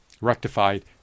rectified